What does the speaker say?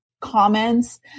comments